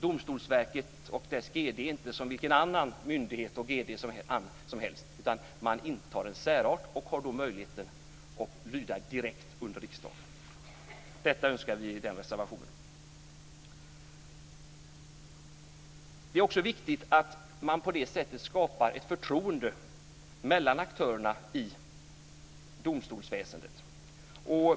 Domstolsverket och dess gd är inte som vilken annan myndighet och gd som helst, utan man intar en särställning och har då möjlighet att lyda direkt under riksdagen. Detta önskar vi i reservationen. Det är också viktigt att på det sättet skapa ett förtroende mellan aktörerna i domstolsväsendet.